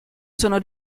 sono